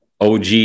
OG